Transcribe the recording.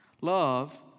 Love